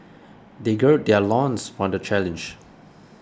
they gird their loins for the challenge